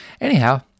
Anyhow